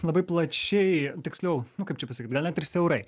labai plačiai tiksliau nu kaip čia pasakyt gal net ir siaurai